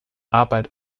arbeit